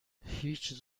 هیچ